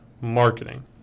marketing